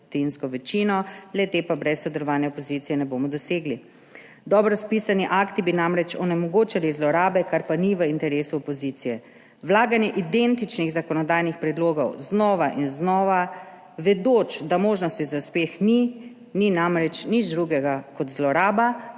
dvotretjinsko večino, le-te pa brez sodelovanja opozicije ne bomo dosegli. Dobro spisani akti bi namreč onemogočali zlorabe, kar pa ni v interesu opozicije. Vlaganje identičnih zakonodajnih predlogov znova in znova, vedoč, da možnosti za uspeh ni, ni namreč nič drugega kot zloraba